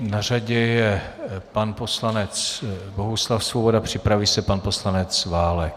Na řadě je pan poslanec Bohuslav Svoboda, připraví se pan poslanec Válek.